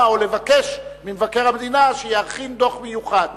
או לבקש ממבקר המדינה שיכין דוח מיוחד.